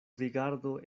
rigardo